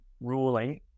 ruling